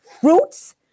fruits